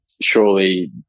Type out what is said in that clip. surely